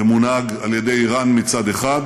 שמונהג על ידי איראן מצד אחד